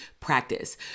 practice